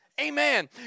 Amen